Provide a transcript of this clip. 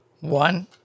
One